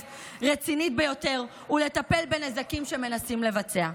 רצינית ביותר ולטפל בנזקים שמנסים לבצע.